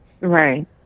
right